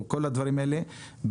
כל הדברים האלה,